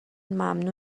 ممنوع